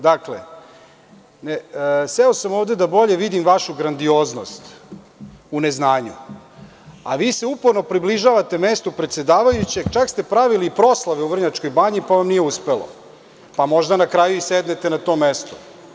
Dakle, seo sam ovde da bolje vidim vašu grandioznost u neznanju, a vi se uporno približavate mestu predsedavajućeg, čak ste pravili proslave u Vrnjačkoj banji, pa vam nije uspelo, pa možda na kraju i sednete na to mesto.